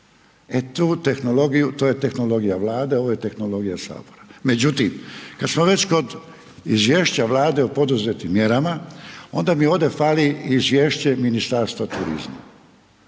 E tu tehnologiju, to je tehnologija Vlade ovo je tehnologija sabora. Međutim, kad smo već kod izvješća Vlade o poduzetim mjerama onda mi ovdje fali izvješće Ministarstva turizma.